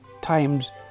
times